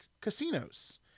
casinos